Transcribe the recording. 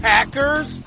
Packers